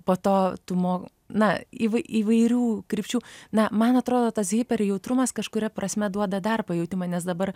po to tu mo na įvairių krypčių na man atrodo tas hiper jautrumas kažkuria prasme duoda dar pajautimą nes dabar